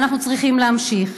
ואנחנו צריכים להמשיך.